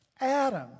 Adam